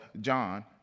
John